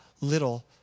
little